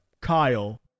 Kyle